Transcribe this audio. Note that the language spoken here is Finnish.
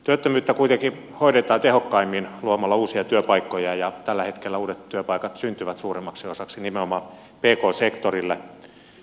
työttömyyttä kuitenkin hoidetaan tehokkaimmin luomalla uusia työpaikkoja ja tällä hetkellä uudet työpaikat syntyvät suurimmaksi osaksi nimenomaan pk sektorille